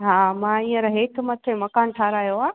हा मां हींअर हेठि मथे मकानु ठाहिरायो आहे